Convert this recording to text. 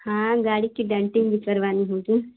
हाँ गाड़ी की डेंटिंग भी करवानी होगी